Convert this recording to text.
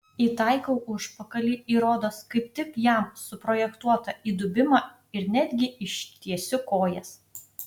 įtaikau užpakalį į rodos kaip tik jam suprojektuotą įdubimą ir netgi ištiesiu kojas